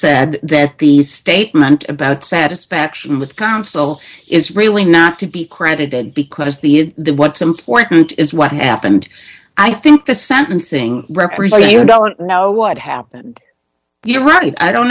said that the statement about satisfaction with consul is really not to be credited because the the what's important is what happened i think the sentencing represent you don't know what happened the ready i don't